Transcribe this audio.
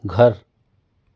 घर